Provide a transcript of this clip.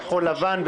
כחול לבן,